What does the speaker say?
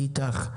אני איתך,